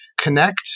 connect